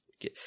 Okay